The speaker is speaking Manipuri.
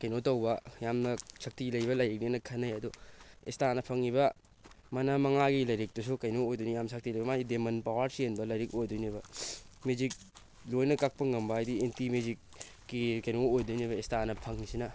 ꯀꯩꯅꯣ ꯇꯧꯕ ꯌꯥꯝꯅ ꯁꯛꯇꯤ ꯂꯩꯕ ꯂꯥꯏꯔꯤꯛꯅꯦꯅ ꯈꯟꯅꯩ ꯑꯗꯣ ꯑꯦꯁꯇꯥꯅ ꯐꯪꯉꯤꯕ ꯃꯅꯥ ꯃꯉꯥꯒꯤ ꯂꯥꯏꯔꯤꯛꯇꯨꯁꯨ ꯀꯩꯅꯣ ꯑꯣꯏꯗꯣꯏꯅꯤ ꯌꯥꯝ ꯁꯛꯇꯤ ꯂꯩꯕ ꯃꯥꯗꯤ ꯗꯦꯃꯟ ꯄꯋꯥꯔ ꯆꯦꯟꯕ ꯂꯥꯏꯔꯤꯛ ꯑꯣꯏꯗꯣꯏꯅꯦꯕ ꯃꯦꯖꯤꯛ ꯂꯣꯏꯅ ꯀꯛꯄ ꯉꯝꯕ ꯍꯥꯏꯗꯤ ꯑꯦꯟꯇꯤ ꯃꯦꯖꯤꯛꯀꯤ ꯀꯩꯅꯣ ꯑꯣꯏꯗꯣꯏꯅꯦꯕ ꯑꯦꯁꯇꯥꯅ ꯐꯪꯉꯤꯁꯤꯅ